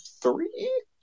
three